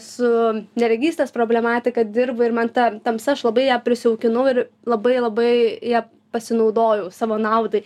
su neregystės problematika dirbu ir man ta tamsa aš labai ją prisijaukinau ir labai labai ja pasinaudojau savo naudai